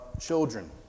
children